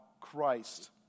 Christ